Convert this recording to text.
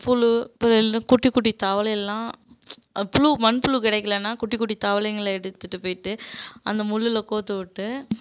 புழு புல்லு குட்டி குட்டி தவளையெல்லாம் புழு மண்புழு கிடைக்கலனா குட்டி குட்டி தவளைங்களை எடுத்துகிட்டு போயிட்டு அந்த முள்ளில் கோர்த்துவுட்டு